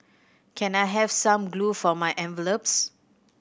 can I have some glue for my envelopes